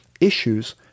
issues